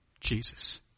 Jesus